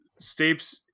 Stapes